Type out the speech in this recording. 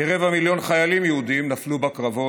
כרבע מיליון חיילים יהודים נפלו בקרבות,